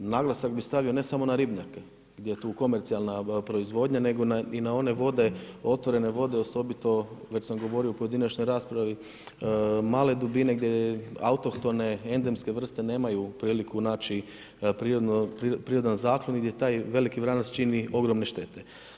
Naglasak bi stavio ne samo na ribnjake gdje je tu komercijalna proizvodnja nego na i na one vode, otvorene vode osobito već sam govorio u pojedinačnoj raspravi male dubine, autohtone endemske vrste nemaju priliku naći prirodnu, prirodan zaklon i gdje taj veliki vranac čini ogromne štete.